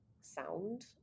sound